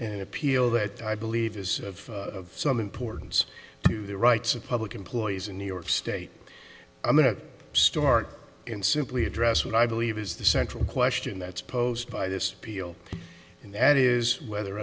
an appeal that i believe is of some importance to the rights of public employees in new york state i'm going to start and simply address what i believe is the central question that's posed by this appeal and that is whether